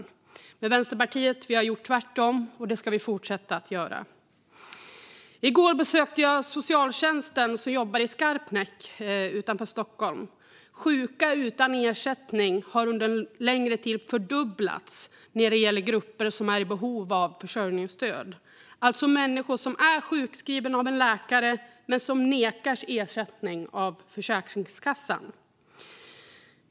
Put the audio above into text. Men vi i Vänsterpartiet har gjort tvärtom, och det ska vi fortsätta att göra. I går besökte jag socialtjänsten i Skarpnäck utanför Stockholm. Antalet sjuka utan ersättning har ökat under en längre tid och fördubblats. Det gäller grupper som är i behov av försörjningsstöd, alltså människor som är sjukskrivna av läkare men nekas ersättning av Försäkringskassan.